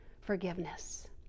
forgiveness